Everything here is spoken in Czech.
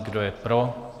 Kdo je pro?